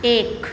એક